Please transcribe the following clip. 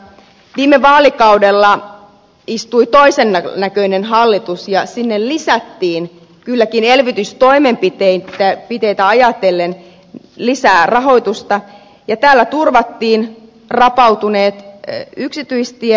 viime vaalikaudella istui toisennäköinen hallitus ja sinne lisättiin kylläkin elvytystoimenpiteitä ajatellen lisää rahoitusta ja tällä turvattiin rapautuneet yksityistiet